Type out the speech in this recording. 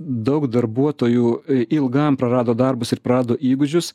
daug darbuotojų ilgam prarado darbus ir prado įgūdžius